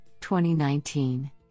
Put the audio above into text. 2019